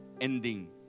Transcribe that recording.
ending